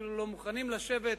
אפילו לא מוכנים לשבת.